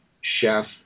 chef